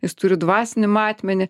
jis turi dvasinį matmenį